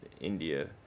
India